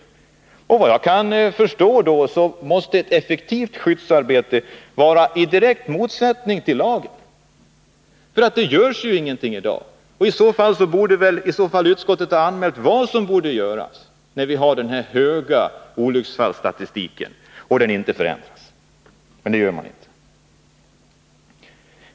Efter vad jag kan förstå måste ett effektivt skyddsarbete stå i direkt motsättning till lagen, därför att det inte görs någonting i dag. I så fall borde väl utskottet ha anmält vad som skall göras, när vi har den här höga olycksfallsstatistiken, som inte förändras. Men det gör man inte.